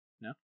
No